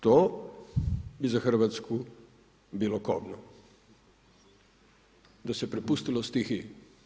To bi za Hrvatsku bilo kobno da se prepustilo stihiji.